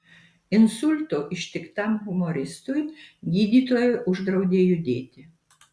insulto ištiktam humoristui gydytojai uždraudė judėti